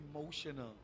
emotional